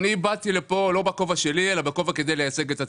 באתי לפה לא בכובע שלי, אלא כדי לייצג את הציבור.